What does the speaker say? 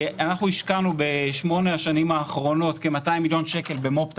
השקענו בשמונה השנים האחרונות כ-200 מיליון שקל במו"פ תעשייתי,